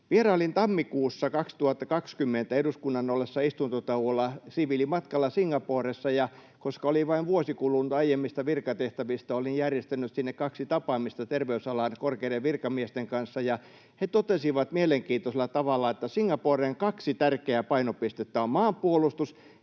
Vierailin tammikuussa 2020 eduskunnan ollessa istuntotauolla siviilimatkalla Singaporessa, ja koska oli vain vuosi kulunut aiemmista virkatehtävistä, olin järjestänyt sinne kaksi tapaamista terveysalan korkeiden virkamiesten kanssa. He totesivat mielenkiintoisella tavalla, että Singaporen kaksi tärkeää painopistettä ovat maanpuolustus